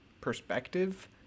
perspective